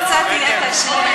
קצת יהיה קשה.